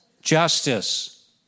Justice